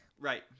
Right